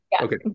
Okay